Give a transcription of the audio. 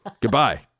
Goodbye